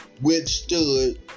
withstood